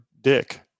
Dick